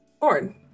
born